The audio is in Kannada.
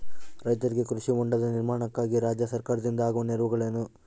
ರೈತರಿಗೆ ಕೃಷಿ ಹೊಂಡದ ನಿರ್ಮಾಣಕ್ಕಾಗಿ ರಾಜ್ಯ ಸರ್ಕಾರದಿಂದ ಆಗುವ ನೆರವುಗಳೇನು?